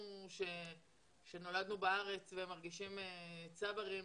אנחנו שנולדנו בארץ ומרגישים צברים,